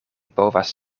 povas